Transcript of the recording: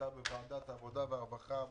שהייתה בוועדת העבודה והרווחה,